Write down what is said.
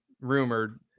rumored